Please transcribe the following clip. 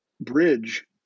bridge